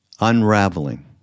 unraveling